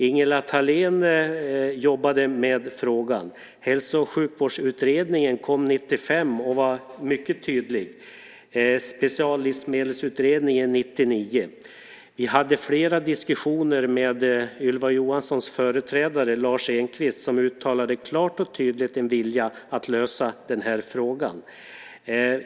Ingela Thalén jobbade med frågan. Hälso och sjukvårdsutredningen kom 1995 och var mycket tydlig. Speciallivsmedelsutredningen kom 1999. Vi hade flera diskussioner med Ylva Johanssons företrädare Lars Engqvist, som uttalade klart och tydligt en vilja att lösa den här frågan.